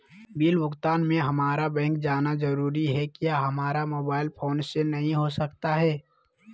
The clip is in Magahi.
बिल भुगतान में हम्मारा बैंक जाना जरूर है क्या हमारा मोबाइल फोन से नहीं हो सकता है?